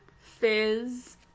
Fizz